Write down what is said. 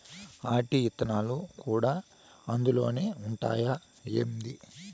ఆటి ఇత్తనాలు కూడా అందులోనే ఉండాయా ఏంది